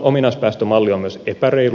ominaispäästömalli on myös epäreilu